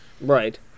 Right